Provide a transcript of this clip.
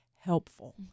helpful